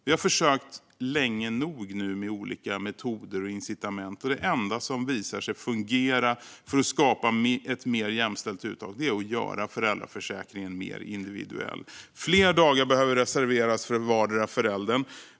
Vi har försökt länge nog nu med olika metoder och incitament, och det enda som visar sig fungera för att skapa ett mer jämställt uttag är att göra föräldraförsäkringen mer individuell. Fler dagar behöver reserveras för vardera föräldern.